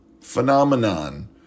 phenomenon